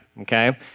okay